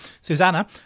Susanna